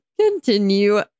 Continue